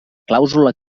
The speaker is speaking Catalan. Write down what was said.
clàusula